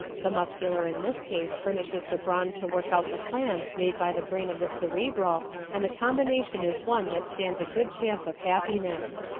the muscular in this case furnishes the brawn to work out the plans made by the brain of the cerebral, and the combination is one that stands a good chance of happiness.